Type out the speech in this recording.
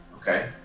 Okay